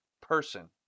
person